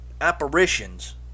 apparitions